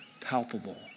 palpable